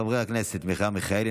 חברי הכנסת מרב מיכאלי,